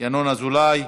ינון אזולאי.